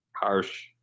harsh